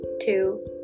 two